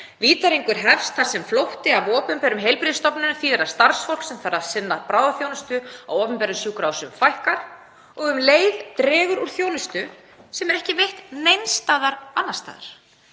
Vítahringur hefst þar sem flótti af opinberum heilbrigðisstofnunum þýðir að starfsfólki sem þarf að sinna bráðaþjónustu á opinberum sjúkrahúsum fækkar og um leið dregur úr þjónustu sem er ekki veitt neins staðar annars staðar.